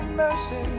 mercy